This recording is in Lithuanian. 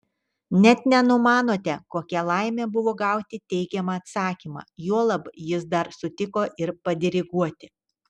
net nenumanote kokia laimė buvo gauti teigiamą atsakymą juolab jis dar sutiko ir padiriguoti